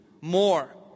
more